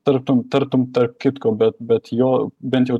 tartum tartum tarp kitko bet bet jo bent jau